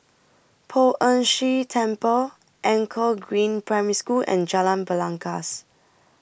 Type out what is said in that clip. Poh Ern Shih Temple Anchor Green Primary School and Jalan Belangkas